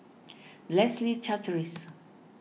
Leslie Charteris